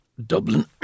Dublin